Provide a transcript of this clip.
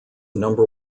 number